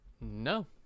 no